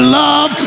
love